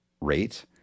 rate